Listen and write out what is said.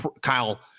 Kyle